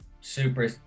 super